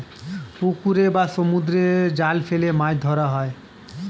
পুকুরে বা সমুদ্রে জাল ফেলে মাছ ধরা হয়